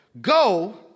Go